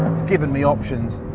it's giving me options.